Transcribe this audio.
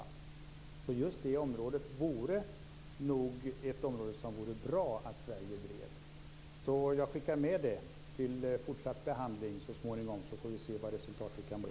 Därför vore det nog bra om Sverige drev frågor på just det området. Jag skickar med det här för fortsatt behandling så småningom, så får vi se vad resultatet kan bli.